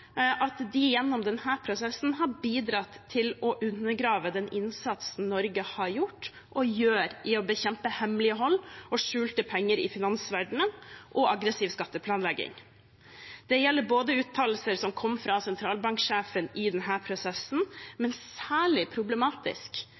at de gjennom denne prosessen har bidratt til å undergrave den innsatsen Norge har gjort og gjør for å bekjempe hemmelighold og skjulte penger i finansverdenen og aggressiv skatteplanlegging. Det gjelder uttalelser som kom fra sentralbanksjefen i denne prosessen,